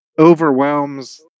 overwhelms